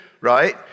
right